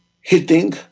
hitting